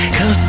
Cause